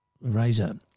razor